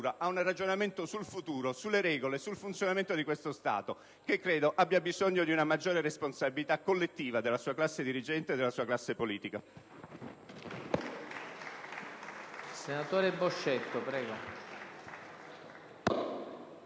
ad un ragionamento sul futuro, sulle regole, sul funzionamento di questo Stato, che credo abbia bisogno di una maggiore responsabilità collettiva della sua classe dirigente e politica.